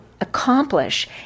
accomplish